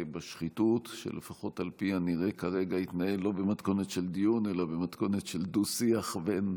בשחיתות 6 אפרת רייטן מרום (העבודה): 6 יואב סגלוביץ'